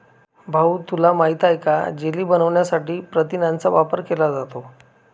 भाऊ तुला माहित आहे का जेली बनवण्यासाठी प्रथिनांचा वापर केला जातो